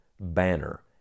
banner